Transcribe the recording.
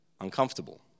uncomfortable